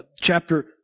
chapter